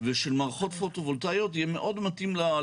ושל מערכות פוטו-וולטאיות יהיה מאוד